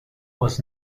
was